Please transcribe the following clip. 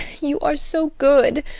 you are so good,